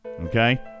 Okay